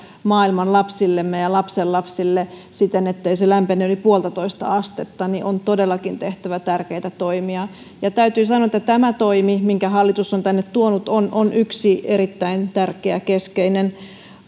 maailman lapsillemme ja lapsenlapsillemme siten ettei se lämpene yli yhtä pilkku viittä astetta niin on todellakin tehtävä tärkeitä toimia ja täytyy sanoa että tämä toimi minkä hallitus on tänne tuonut on on yksi erittäin tärkeä keskeinen